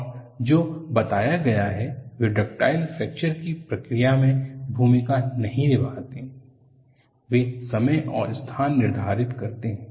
और जो बताया गया है वे डक्टाइल फ्रैक्चर की प्रक्रिया में भूमिका नहीं निभाते हैं वे समय और स्थान निर्धारित करते हैं